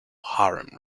harem